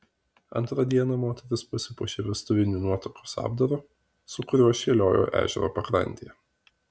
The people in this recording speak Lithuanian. antrą dieną moteris pasipuošė vestuviniu nuotakos apdaru su kuriuo šėliojo ežero pakrantėje